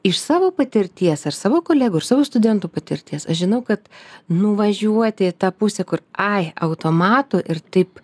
iš savo patirties ar savo kolegų ir savo studentų patirties aš žinau kad nuvažiuoti į tą pusę kur ai automatu ir taip